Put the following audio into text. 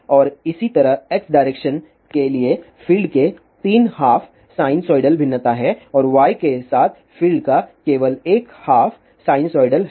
और इसी तरह एक्स डायरेक्शन के लिए फील्ड के 3 हाफ साइनसोइडल भिन्नता है और y के साथ फील्ड का केवल एक हाफ साइनसोइडल है